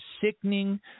sickening